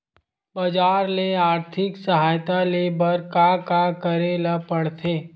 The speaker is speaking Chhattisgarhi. बजार ले आर्थिक सहायता ले बर का का करे ल पड़थे?